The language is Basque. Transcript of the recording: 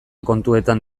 kontuetan